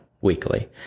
weekly